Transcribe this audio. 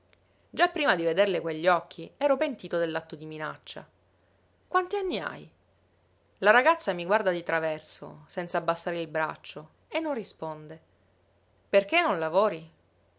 già prima di vederle quegli occhi ero pentito dell'atto di minaccia quant'anni hai la ragazza mi guarda di traverso senza abbassare il braccio e non risponde perché non lavori